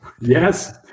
Yes